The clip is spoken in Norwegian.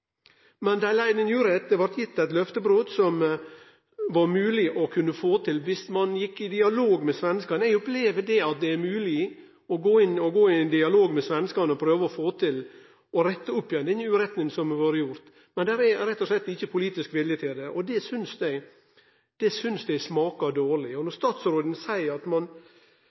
gitt eit løfte som kunne vore mogleg å få til viss ein gjekk i dialog med svenskane. Eg opplever at det er mogleg å gå i ein dialog med svenskane og prøve å rette opp igjen denne uretten som har vore gjort. Men det er rett og slett ikkje politisk vilje til det, og det synest eg smakar dårleg. Då statsråden sa at ein drøfta andre regime for å oppnå ønskt nybygging, gav han med det også eit signal om at viss ein